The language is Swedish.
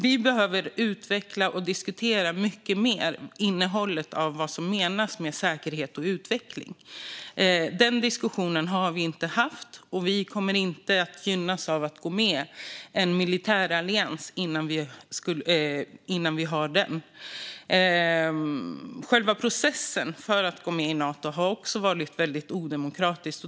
Vi behöver utveckla och diskutera innehållet i och vad som menas med säkerhet och utveckling mycket mer. Den diskussionen har vi inte haft. Vi kommer inte att gynnas av att gå med i en militärallians innan vi har den. Själva processen för att gå med i Nato har också varit väldigt odemokratisk.